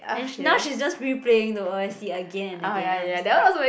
and she now she just replaying the O_S_T again and again and I'm just like